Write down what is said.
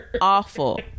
Awful